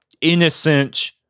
innocent